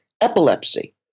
epilepsy